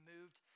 moved